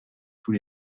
tous